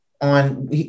On